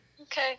Okay